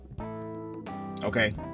okay